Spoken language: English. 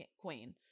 queen